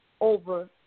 over